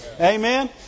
Amen